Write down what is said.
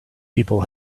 people